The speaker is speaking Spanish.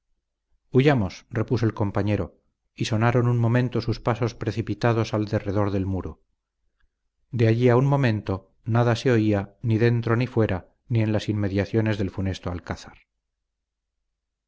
huyamos huyamos repuso el compañero y sonaron un momento sus pasos precipitados al rededor del muro de allí a un momento nada se oía ni dentro ni fuera ni en las inmediaciones del funesto alcázar